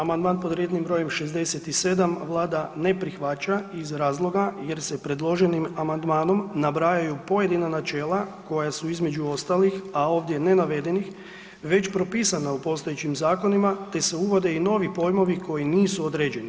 Amandman pod rednim brojem 67 Vlada ne prihvaća iz razloga jer se predloženim amandmanom nabrajaju pojedina načela koja su između ostalih a ovdje ne navedenih već propisana u postojećim zakonima te se uvode i novi pojmovi koji nisu određeni.